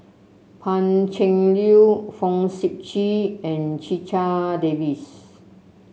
Pan Cheng Lui Fong Sip Chee and Checha Davies